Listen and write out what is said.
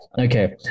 okay